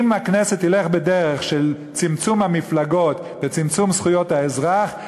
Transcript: אם הכנסת תלך בדרך של צמצום המפלגות וצמצום זכויות האזרח,